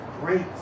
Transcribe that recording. great